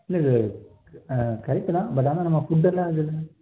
இல்லை sir correct தான் but ஆனால் நம்ம ஃபுட்டெல்லாம்